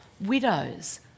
widows